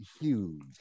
huge